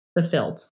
fulfilled